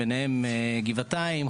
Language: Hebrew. ביניהן גבעתיים,